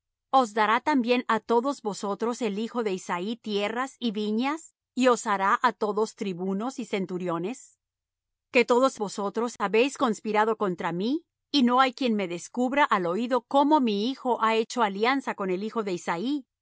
os dará también á todos vosotros el hijo de isaí tierras y viñas y os hará á todos tribunos y centuriones que todos vosotros habéis conspirado contra mí y no hay quien me descubra al oído como mi hijo ha hecho alianza con el hijo de isaí